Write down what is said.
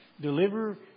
Deliver